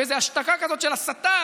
באיזו השתקה כזאת של "הסתה,